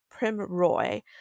Primroy